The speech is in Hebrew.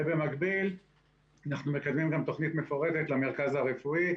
ובמקביל אנחנו מקדמים גם תוכנית מפורטת למרכז הרפואי,